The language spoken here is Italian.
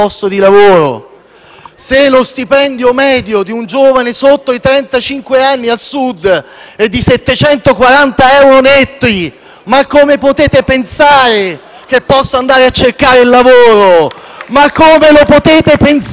Se lo stipendio medio di un giovane sotto i trentacinque anni al Sud è pari a 740 euro netti, come potete pensare che possa andare a cercare lavoro? Ma come lo potete pensare?